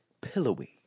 pillowy